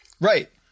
Right